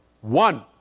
One